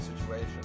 situation